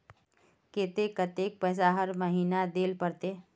केते कतेक पैसा हर महीना देल पड़ते?